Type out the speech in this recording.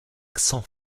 cents